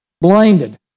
blinded